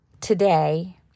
today